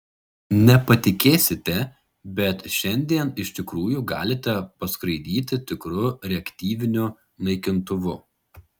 nepatikėsite bet šiandien iš tikrųjų galite paskraidyti tikru reaktyviniu naikintuvu